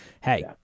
hey